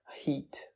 heat